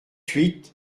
huit